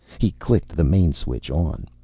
he clicked the main switch on.